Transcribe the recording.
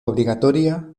obligatoria